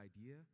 idea